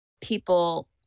people